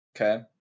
okay